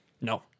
No